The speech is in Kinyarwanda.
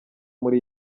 muri